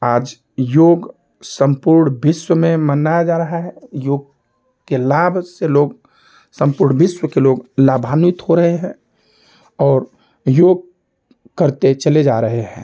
आज योग संपूर्ण विश्व में मनाया जा रहा है योग के लाभ से लोग संपूर्ण विश्व के लोग लाभान्वित हो रहे हैं और योग करते चले जा रहे हैं